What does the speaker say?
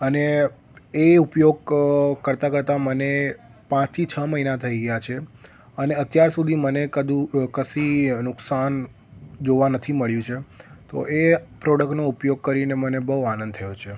અને એ ઉપયોગ કરતાં કરતાં મને પાંચ થી છ મહિના થઈ ગયા છે અને અત્યાર સુધી મને કદુ કશી નુકસાન જોવા નથી મળ્યું છે તો એ પ્રોડક્ટનો ઉપયોગ કરીને મને બહુ આનંદ થયો છે